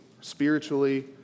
spiritually